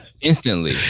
instantly